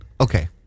Okay